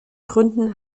gründen